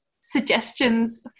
suggestions